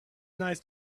nice